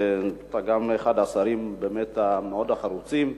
ואתה אחד השרים באמת המאוד-חרוצים,